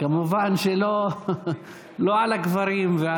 כמובן שלא על הקברים.